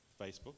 Facebook